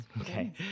Okay